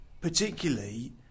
particularly